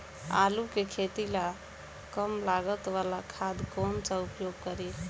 आलू के खेती ला कम लागत वाला खाद कौन सा उपयोग करी?